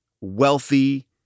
wealthy